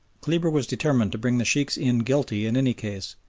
kleber was determined to bring the sheikhs in guilty in any case,